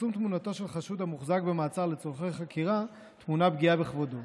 בפרסום תמונתו של חשוד המוחזק במעצר לצורכי חקירה טמונה פגיעה בכבודו.